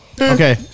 Okay